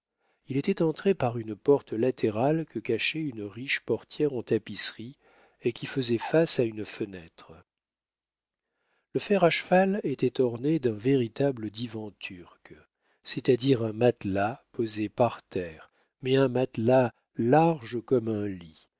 il était entré par une porte latérale que cachait une riche portière en tapisserie et qui faisait face à une fenêtre le fer à cheval était orné d'un véritable divan turc c'est-à-dire un matelas posé par terre mais un matelas large comme un lit